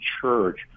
church